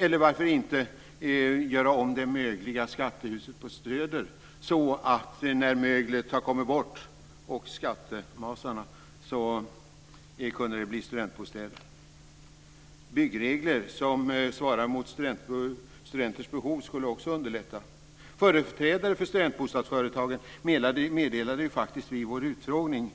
Eller varför inte göra om det mögliga skattehuset på Söder så att det när möglet och skattemasarna har kommit bort kan bli studentbostäder? Byggregler som svarar mot studenters behov skulle också underlätta. Företrädare för studentbostadsföretagen meddelade ju vid vår utfrågning